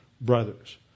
brothers